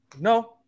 No